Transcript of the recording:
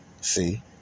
see